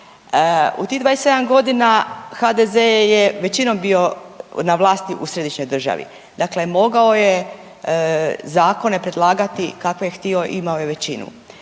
U tih 27 godina HDZ je većinom bio na vlasti u središnjoj državi. Dakle, mogao je zakone predlagati kakve je htio, imao je većinu.